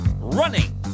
running